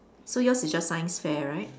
so yours is just science fair right